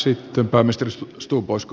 sitten pääministeri stubb